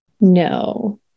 No